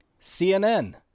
CNN